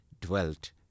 dwelt